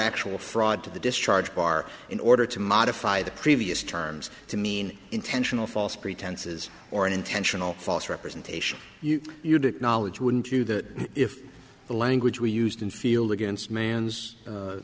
actual fraud to the discharge bar in order to modify the previous terms to mean intentional false pretenses or an intentional false representation you to acknowledge wouldn't you that if the language we used in field against mans